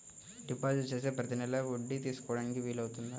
Deposit చేస్తే ప్రతి నెల వడ్డీ తీసుకోవడానికి వీలు అవుతుందా?